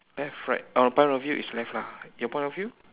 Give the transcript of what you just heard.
left right oh my point of view is left lah your point of view